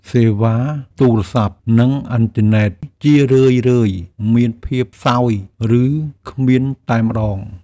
សេវាទូរស័ព្ទ និងអ៊ីនធឺណិតជារឿយៗមានភាពខ្សោយ ឬគ្មានតែម្ដង។